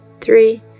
three